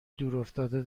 دورافتاده